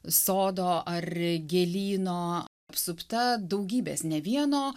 sodo ar gėlyno apsupta daugybės ne vieno